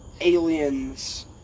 aliens